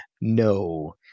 No